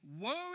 worry